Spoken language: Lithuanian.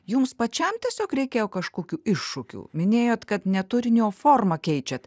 jums pačiam tiesiog reikėjo kažkokių iššūkių minėjot kad ne turinį o formą keičiat